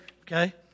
Okay